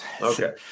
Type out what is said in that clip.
Okay